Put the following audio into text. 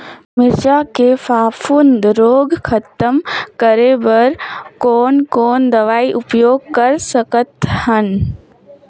मिरचा के फफूंद रोग खतम करे बर कौन कौन दवई उपयोग कर सकत हन?